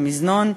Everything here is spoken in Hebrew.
במזנון,